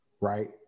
right